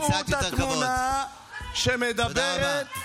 מי שמעוניין לצאת, לצאת.